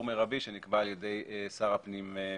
מרבי שנקבע על ידי שר הפנים בתקנות.